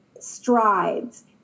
strides